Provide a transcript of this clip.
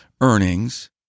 earnings